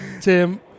Tim